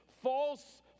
false